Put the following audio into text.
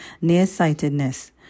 nearsightedness